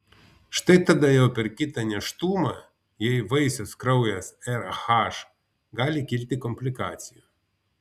štai tada jau per kitą nėštumą jei vaisiaus kraujas rh gali kilti komplikacijų